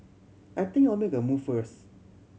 I think I'll make a move first